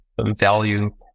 value